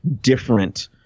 different